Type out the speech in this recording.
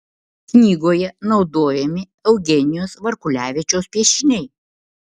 knygoje naudojami eugenijaus varkulevičiaus piešiniai